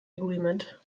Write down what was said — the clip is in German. agreement